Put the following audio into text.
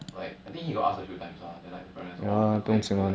like I think he got ask a few times lah then like the parents all 不可以不可以